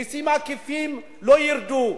המסים העקיפים לא ירדו,